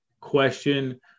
question